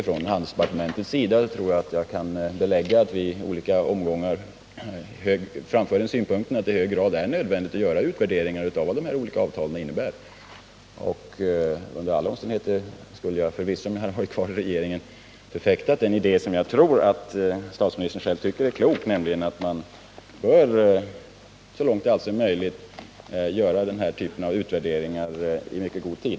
Från handelsdepartementet — det tror jag att jag kan belägga — framfördes i olika omgångar synpunkten att det i hög grad är nödvändigt att göra utvärderingar av vad de här olika avtalen innebär. Under alla omständigheter skulle jag förvisso, om jag varit kvar i regeringen, förfäktat den idé jag tror statsministern själv tycker är klok, nämligen att man så långt det är möjligt bör göra den här typen av utvärderingar i mycket god tid.